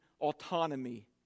autonomy